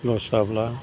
लस जाब्ला